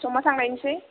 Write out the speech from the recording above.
ज'मा थांनायसै